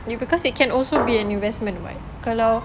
because it can also be an investment [what] kalau